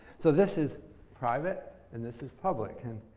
so, this is private, and this is public. and